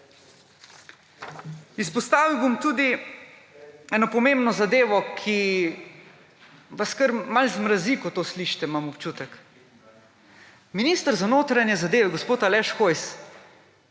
Izpostavil bom tudi eno pomembno zadevo, ki vas kar malo zmrazi, ko to slišite, imam občutek. Za ministra za notranje zadeve gospoda Aleša Hojsa